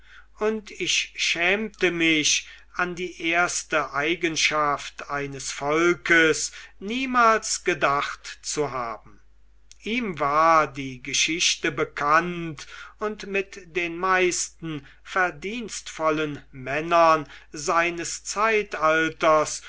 und ich schämte mich an die erste eigenschaft eines volkes niemals gedacht zu haben ihm war die geschichte bekannt und mit den meisten verdienstvollen männern seines zeitalters